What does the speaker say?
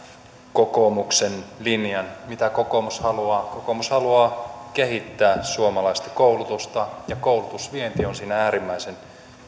kokoomuksen linjan mitä kokoomus haluaa kokoomus haluaa kehittää suomalaista koulutusta ja koulutusvienti on siinä äärimmäisen